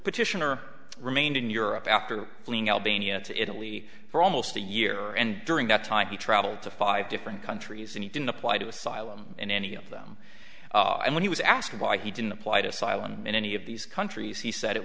petitioner remained in europe after fleeing albania to italy for almost a year and during that time he traveled to five different countries and he didn't apply to asylum in any of them and when he was asked why he didn't apply to asylum in any of these countries he said it